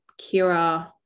Kira